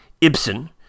Ibsen